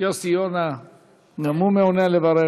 יוסי יונה גם הוא מעוניין לברך.